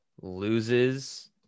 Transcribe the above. loses